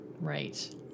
Right